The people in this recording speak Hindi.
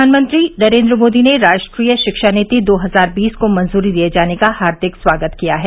प्रधानमंत्री नरेंद्र मोदी ने राष्ट्रीय शिक्षा नीति दो हजार बीस को मंजूरी दिए जाने का हार्दिक स्वागत किया है